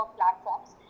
platforms